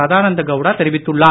சதானந்த கவுடா தெரிவித்துள்ளார்